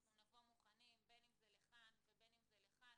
נבוא מוכנים, בין אם זה לכאן ובין אם זה לכאן.